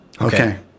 Okay